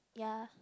ya